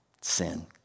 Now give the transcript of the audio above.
sin